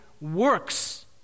works